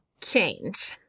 change